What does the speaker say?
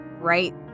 right